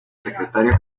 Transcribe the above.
secretario